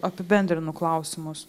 apibendrinu klausimus